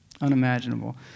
Unimaginable